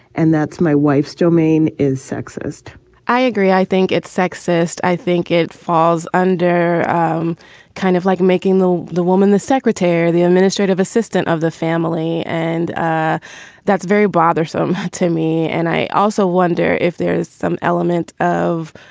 and that's my wife's domain is sexist i agree. i think it's sexist. i think it falls under kind of like making the the woman, the secretary, the administrative assistant of the family. and that's very bothersome to me. and i also wonder if there is some element of